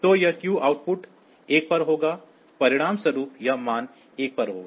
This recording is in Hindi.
तो यह क्यू आउटपुट 1 पर होगा परिणामस्वरूप यह मान 1 पर होगा